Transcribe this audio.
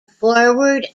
forward